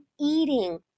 eating